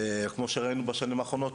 וכמו שראינו בשנים האחרונות,